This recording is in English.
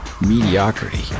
Mediocrity